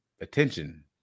attention